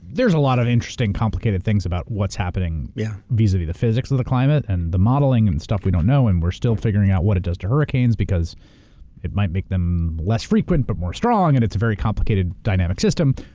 there's a lot of interesting, complicated things about what's happening yeah vis-a-vis the physics of the climate, and the modeling, and stuff we don't know, and we're still figuring out what it does to hurricanes, because it might make them less frequent but more strong, and it's a very complicated, dynamic system.